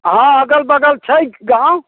हँ अगल बगल छै गाँव